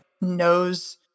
knows